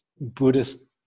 Buddhist